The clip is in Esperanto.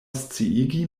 sciigi